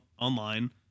online